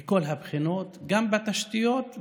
מכל הבחינות: גם בתשתיות,